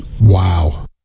Wow